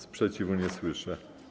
Sprzeciwu nie słyszę.